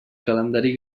calendari